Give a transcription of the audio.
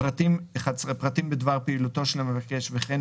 פרטים בדבר פעילותו של המבקש וכן,